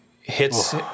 hits